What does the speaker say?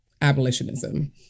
abolitionism